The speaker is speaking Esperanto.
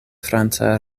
franca